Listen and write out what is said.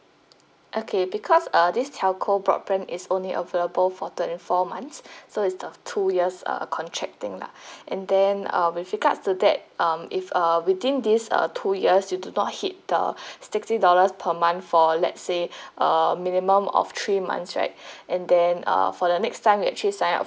okay because uh this telco broadband is only available for twenty four months so is a two years uh contract thing lah and then uh with regards to that um if uh within these uh two years you do not hit the sixty dollars per month for let's say uh minimum of three months right and then uh for the next time you actually sign up